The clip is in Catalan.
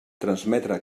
transmetre